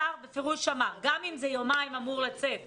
השר בפירוש אמר שגם אם זה אמור לצאת יומיים,